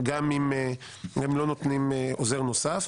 גם אם הם לא נותנים עוזר נוסף,